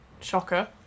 shocker